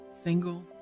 single